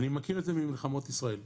אני מכיר את זה ממלחמות ישראל.